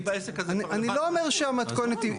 אני בעסק הזה כבר --- אני לא אומר שהמתכונת היא,